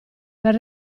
per